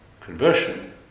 Conversion